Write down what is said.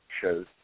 shows